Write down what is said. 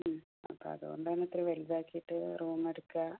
ഉം അപ്പോൾ അതുകൊണ്ടാണ് ഇത്തിരി വലുതാക്കിയിട്ട് റൂമെടുക്കാം